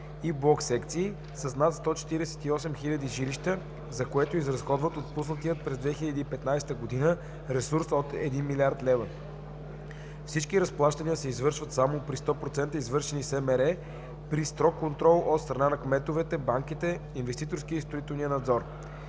и блок секции с над 148 000 жилища, за което е изразходван отпуснатият през 2015 година ресурс от един милиард лева. Всички разплащания се извършват само при 100% извършени СМР при строг контрол от страна на кметовете, банките, инвеститорския и строителния надзор.